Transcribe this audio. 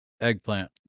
eggplant